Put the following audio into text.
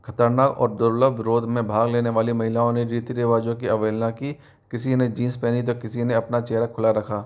खतरनाक और दुर्लभ विरोध में भाग लेने वाली महिलाओं ने रीति रिवाजों की अवहेलना की किसी ने जींस पहनी तो किसी ने अपना चेहरा खुला रखा